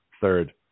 third